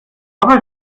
aber